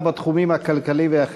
שר או חבר הכנסת (תיקוני חקיקה),